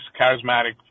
charismatic